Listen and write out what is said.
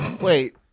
wait